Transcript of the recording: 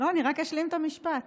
אני רק אשלים את המשפט.